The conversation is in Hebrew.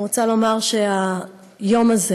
אני רוצה לומר שהיום הזה